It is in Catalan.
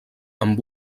amb